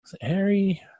Harry